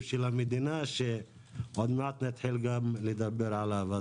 של המדינה שעוד מעט נתחיל גם לדבר עליו.